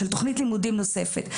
של תוכנית לימודים נוספת.